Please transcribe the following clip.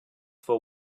for